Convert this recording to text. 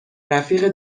رفیق